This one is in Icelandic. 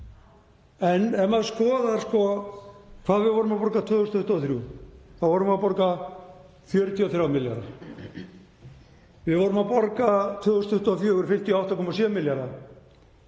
En ef maður skoðar hvað við vorum að borga 2023 þá vorum við að borga 43 milljarða. Við vorum að borga árið 2024 58,7 milljarða